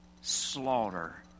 slaughter